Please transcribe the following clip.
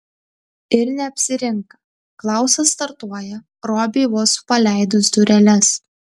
ir neapsirinka klausas startuoja robiui vos paleidus dureles